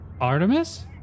Artemis